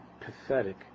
pathetic